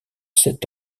sept